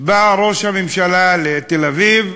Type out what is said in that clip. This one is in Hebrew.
בא ראש הממשלה לתל-אביב.